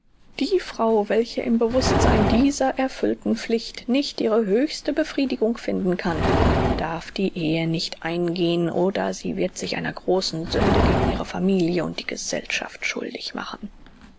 die frau welche im bewußtsein dieser erfüllten pflicht nicht ihre höchste befriedigung finden kann darf die ehe nicht eingehen oder sie wird sich einer großen sünde gegen ihre familie und die gesellschaft schuldig machen